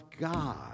God